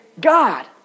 God